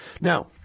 Now